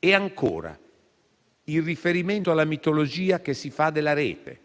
E, ancora, il riferimento alla mitologia che si fa della rete: